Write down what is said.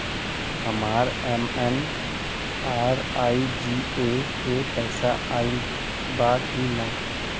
हमार एम.एन.आर.ई.जी.ए के पैसा आइल बा कि ना?